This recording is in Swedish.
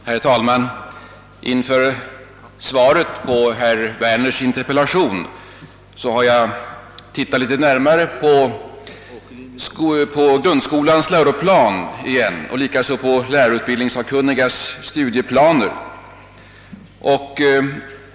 Herr talman! Inför svaret på herr Werners interpellation har jag sett litet närmare på grundskolans läroplan och likaså på lärarutbildningssakkunnigas studieplaner.